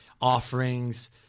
offerings